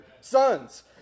sons